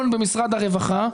מיליון שקלים במשרד הרווחה,